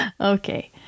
Okay